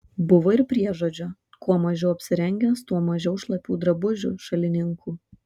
buvo ir priežodžio kuo mažiau apsirengęs tuo mažiau šlapių drabužių šalininkų